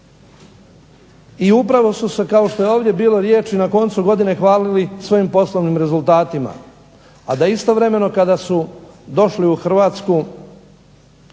i upravo su se kao što je ovdje bilo riječi na koncu godine hvalili svojim poslovnim rezultatima, a da istovremeno kada su došli u Hrvatsku,